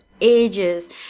ages